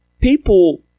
People